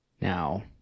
Now